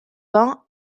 vingts